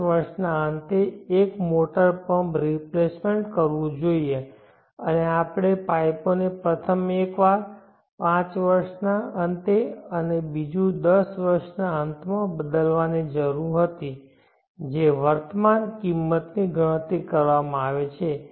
5 વર્ષના અંતે એક મોટર પમ્પ રિપ્લેસમેન્ટ કરવું જોઈએ અને આપણે પાઈપોને પ્રથમ એકવાર પાંચ વર્ષના અંતે અને બીજું દસ વર્ષના અંતમાં બદલવાની જરૂર હતી જે વર્તમાનની કિંમતની ગણતરી કરવામાં આવે છે